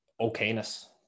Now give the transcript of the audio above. okayness